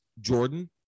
Jordan